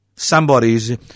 Somebody's